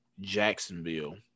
Jacksonville